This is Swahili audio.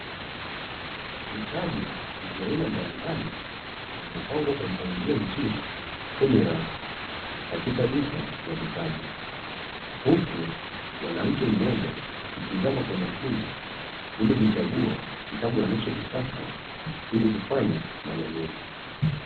Vitabu vya aina mbalimbali, vimepangwa kwa mpangilio mzuri kwenye rafu katika duka la vitabu, huku mwanamke mmoja akitazama kwa umakini ili kuchagua kitabu anachokitaka ili kufanya manunuzi.